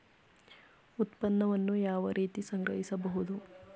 ಉತ್ಪನ್ನವನ್ನು ಯಾವ ರೀತಿ ಸಂಗ್ರಹಿಸಬಹುದು?